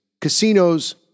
casinos